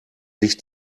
sich